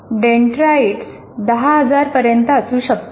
dendrites 10000 पर्यंत असू शकतात